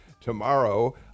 tomorrow